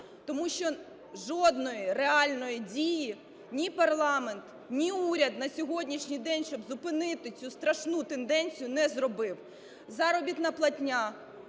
Тому що жодної реальної дії ні парламент, ні уряд на сьогоднішній день, щоб зупинити цю страшну тенденцію, не зробив.